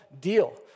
deal